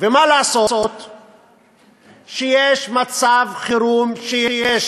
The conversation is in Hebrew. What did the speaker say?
ומה לעשות שיש מצב חירום, שיש